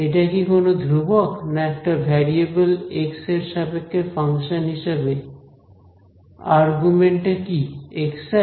এটা কি কোন ধ্রুবক না একটা ভ্যারিয়েবেল এক্স এর সাপেক্ষে ফাংশন হিসেবে আর্গুমেন্ট টা কি xi